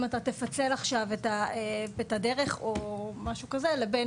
אם אתה תפצל עכשיו את הדרך או משהו אחר לבין